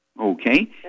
Okay